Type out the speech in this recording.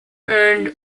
earned